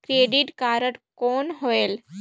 Credit card कौन होएल?